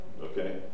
okay